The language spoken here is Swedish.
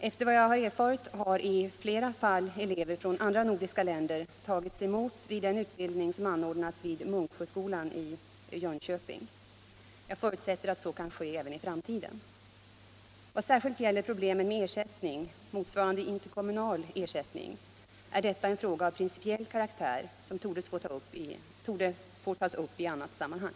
Efter vad jag erfarit har i flera fall elever från andra nordiska länder tagits emot till den utbildning som anordnats vid Munksjöskolan i Jönköping. Jag förutsätter att så kan ske även i framtiden. Vad särskilt gäller problemen med ersättning, motsvarande interkommunal ersättning, är detta en fråga av principiell karaktär som torde få tas upp i annat sammanhang.